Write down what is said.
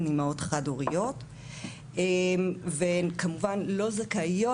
הן אימהות חד-הוריות והן כמובן לא זכאיות